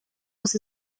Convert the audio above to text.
los